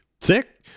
Sick